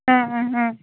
ആ ആ ആ